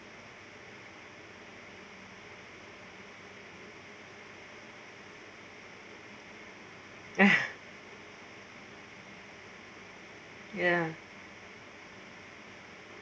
ya